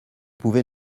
pouvez